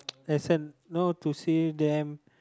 there's an no to see them